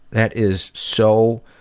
that is so.